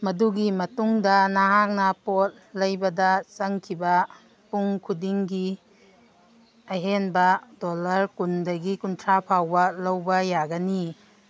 ꯃꯗꯨꯒꯤ ꯃꯇꯨꯡꯗ ꯅꯍꯥꯛꯅ ꯄꯣꯠ ꯂꯩꯕꯗ ꯆꯪꯈꯤꯕ ꯄꯨꯡ ꯈꯨꯗꯤꯡꯒꯤ ꯑꯍꯦꯟꯕ ꯗꯣꯂꯔ ꯀꯨꯟꯗꯒꯤ ꯀꯨꯟꯊ꯭ꯔꯥ ꯐꯥꯎꯕ ꯂꯧꯕ ꯌꯥꯒꯅꯤ